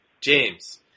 James